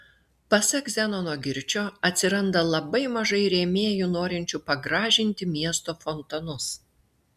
pasak zenono girčio atsiranda labai mažai rėmėjų norinčių pagražinti miesto fontanus